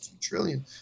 trillion